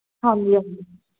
हां जी हां जी